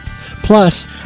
plus